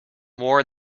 more